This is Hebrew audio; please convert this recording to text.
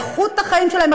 איכות החיים שלהם,